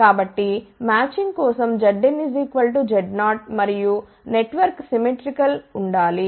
కాబట్టిమ్యాచింగ్ కోసం ZinZ0 మరియు network symmetrical ఉండాలి